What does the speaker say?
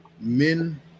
men